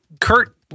Kurt